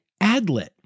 adlet